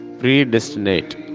predestinate